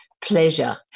pleasure